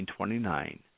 1929